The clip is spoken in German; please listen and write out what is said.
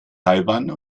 taiwan